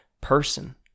person